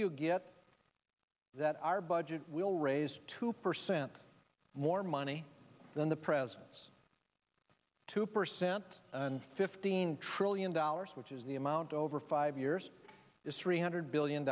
you get that our budget will raise two percent more money than the president's two percent and fifteen trillion dollars which is the amount over five years is three hundred billion